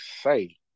say